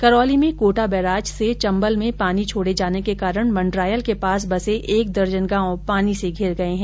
करौली में कोटा बेराज से चम्बल में पानी छोडे जाने के कारण मंडरायल के पास बसे एक दर्जन गांव पानी से धिर गये है